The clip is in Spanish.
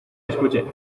escuche